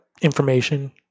information